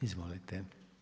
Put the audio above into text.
Izvolite.